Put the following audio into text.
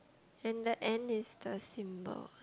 and the end is the symbol